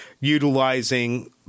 utilizing